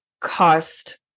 cost